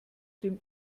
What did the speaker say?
dem